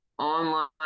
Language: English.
online